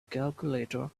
calculator